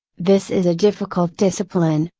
this is a difficult discipline,